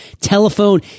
telephone